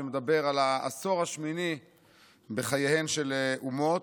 שמדבר על העשור השמיני בחייהן של אומות.